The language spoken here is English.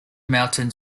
mountain